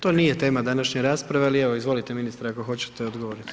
To nije tema današnje rasprave, ali evo izvolite ministre ako hoćete odgovoriti.